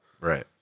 Right